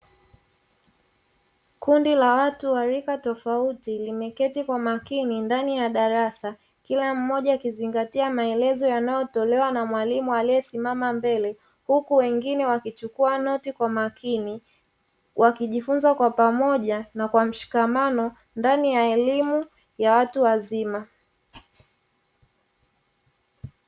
Kundi la watu wa rika tofauti limeketi kwa makini ndani ya darasa, kila mmoja akizingatia maelezo yanayotolewa na mwalimu aliyesimama mbele, huku wengine wakichukua noti kwa makini, wakijifunza kwa pamoja na kwa mshikamano ndani ya elimu ya watu wazima.